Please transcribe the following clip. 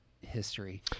history